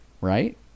Right